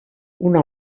una